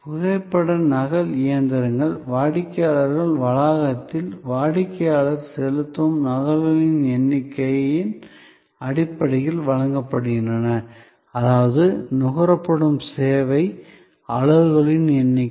புகைப்பட நகல் இயந்திரங்கள் வாடிக்கையாளர் வளாகத்தில் வாடிக்கையாளர் செலுத்தும் நகல்களின் எண்ணிக்கையின் அடிப்படையில் வழங்கப்படுகின்றன அதாவது நுகரப்படும் சேவை அலகுகளின் எண்ணிக்கை